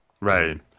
Right